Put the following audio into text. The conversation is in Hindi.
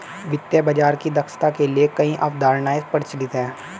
वित्तीय बाजार की दक्षता के लिए कई अवधारणाएं प्रचलित है